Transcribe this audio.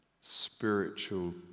spiritual